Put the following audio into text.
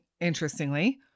interestingly